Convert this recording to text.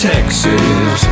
Texas